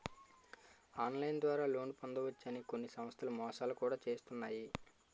online ద్వారా loan పొందవచ్చు అని కొన్ని సంస్థలు మోసాలు కూడా చేస్తున్నాయి